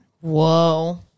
Whoa